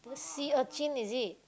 sea urchin is it